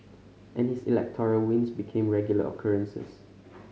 and his electoral wins became regular occurrences